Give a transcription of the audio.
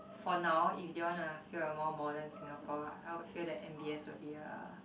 for now if they wanna feel a more modern Singapore I would feel that M_B_S would be a